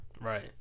Right